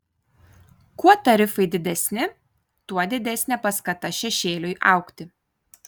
kuo tarifai didesni tuo didesnė paskata šešėliui augti